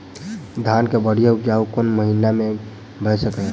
धान केँ बढ़िया उपजाउ कोण महीना मे भऽ सकैय?